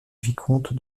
vicomtes